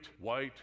white